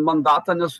mandatą nes